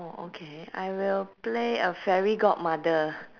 oh okay I will play a fairy godmother